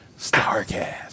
StarCast